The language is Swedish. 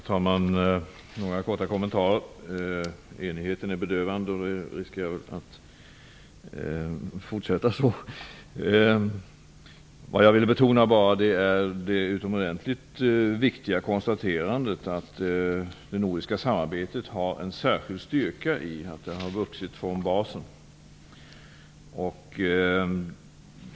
Herr talman! Enigheten är bedövande, och det är väl "risk" för att debatten fortsätter så. Men jag vill betona det utomordentligt viktiga konstaterandet att det nordiska samarbetet har en särskild styrka i att det vuxit från basen.